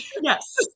Yes